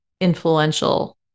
influential